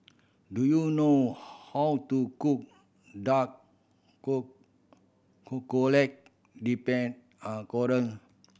do you know how to cook dark dipped